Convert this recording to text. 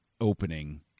opening